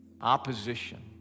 opposition